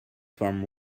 from